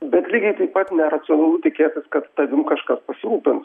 bet lygiai taip pat neracionalu tikėtis kad tavim kažkas pasirūpins